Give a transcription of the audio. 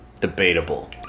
Debatable